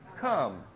Come